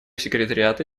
секретариата